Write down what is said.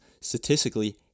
statistically